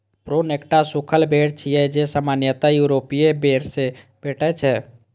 prune एकटा सूखल बेर छियै, जे सामान्यतः यूरोपीय बेर सं भेटै छै